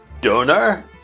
Donor